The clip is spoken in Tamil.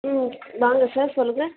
ம் வாங்க சார் சொல்லுங்க